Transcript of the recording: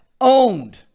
owned